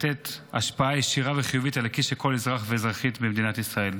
השפעה ישירה וחיובית על הכיס של כל אזרח ואזרחית במדינת ישראל.